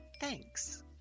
Thanks